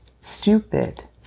stupid